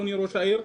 אדוני ראש העיר,